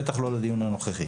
בטח לא לדיון הנוכחי.